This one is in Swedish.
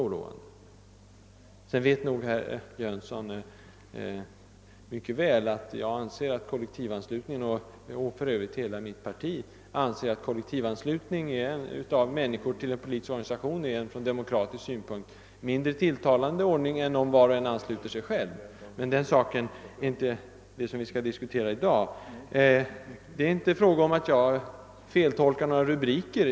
Sedan vet nog herr Jönsson mycket väl att jag — och för övrigt hela mitt parti — anser att kollektivanslutning av människor till en politisk organisation är en ur demokratisk synpunkt mindre tilltalande ordning än om var och en ansluter sig själv. Men det är inte den saken vi skall diskutera i dag. Det är inte fråga om att jag feltolkar några rubriker.